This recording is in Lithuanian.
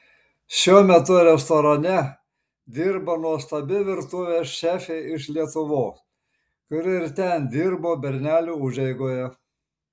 šiuo metu restorane dirba nuostabi virtuvės šefė iš lietuvos kuri ir ten dirbo bernelių užeigoje